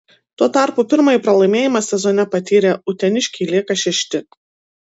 tuo tarpu pirmąjį pralaimėjimą sezone patyrę uteniškiai lieka šešti